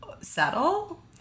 settle